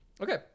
Okay